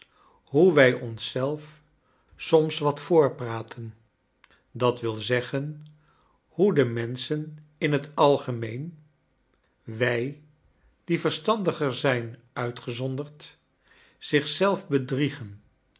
hoe wij ons zelf soms wat voorpraten d w z hoe de menschen in het algemeen wrj die verstandiger zijn uitgezonderd zich zelf bedriegen